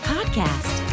Podcast